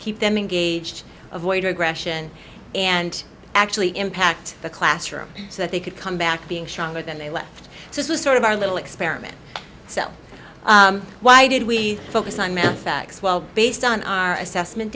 keep them engaged avoid aggression and actually impact the classroom so that they could come back being shallower than they left so it was sort of our little experiment so why did we focus on math facts well based on our assessment